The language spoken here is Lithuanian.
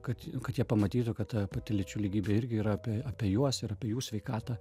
kad kad jie pamatytų kad ta pati lyčių lygybė irgi yra apie apie juos ir apie jų sveikatą